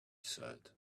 said